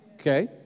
Okay